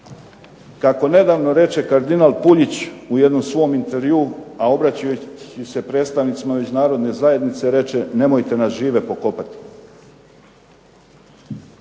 Kako nedavno reče kardinal Puljić u jednom svom intervjuu a obraćajući se predstavnicima Međunarodne zajednice reče nemojte nas žive pokopati.